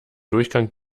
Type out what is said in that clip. durchgang